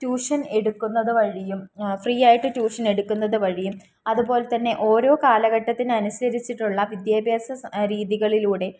tuition എടുക്കുന്നതുവഴിയും ഫ്രീയായിട്ട് tuition എടുക്കുന്നതുവഴിയും അതുപോലെത്തന്നെ ഓരോ കാലഘട്ടത്തിന് അനുസരിച്ചിട്ടുള്ള വിദ്യാഭ്യാസ രീതികളിലൂടെ